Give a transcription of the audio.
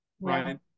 right